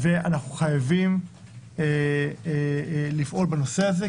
אנחנו חייבים לפעול בנושא הזה.